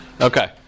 okay